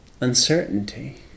uncertainty